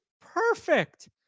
perfect